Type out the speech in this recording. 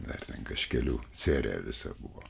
dar ten kažkelių serija visa buvo